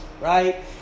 right